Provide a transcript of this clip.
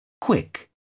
Quick